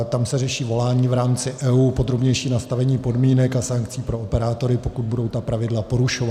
Tam se řeší volání v rámci EU, podrobnější nastavení podmínek a sankcí pro operátory, pokud budou ta pravidla porušovat.